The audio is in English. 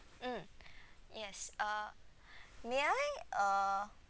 mm yes uh may I uh